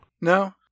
No